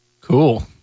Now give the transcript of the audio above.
Cool